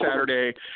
Saturday